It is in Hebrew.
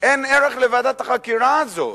אין ערך לוועדת החקירה הזאת,